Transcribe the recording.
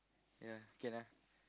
ya okay lah